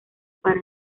para